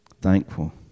Thankful